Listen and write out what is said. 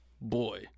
boy